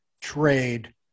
trade